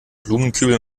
blumenkübel